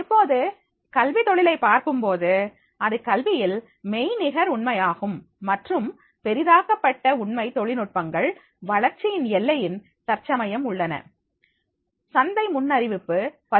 இப்போது கல்வி தொழிலை பார்க்கும்போது அது கல்வியில் மெய்நிகர் உண்மையாகும் மற்றும் பெரிதாக்கப்பட்ட உண்மை தொழில்நுட்பங்கள் வளர்ச்சியின் எல்லையின் தற்சமயம் உள்ளன சந்தை முன்னறிவிப்பு 13